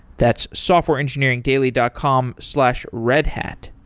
that's softwareengineeringdaily dot com slash redhat.